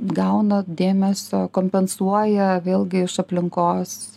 gauna dėmesio kompensuoja vėlgi iš aplinkos